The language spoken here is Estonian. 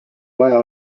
vaja